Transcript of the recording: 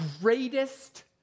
greatest